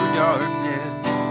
darkness